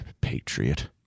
patriot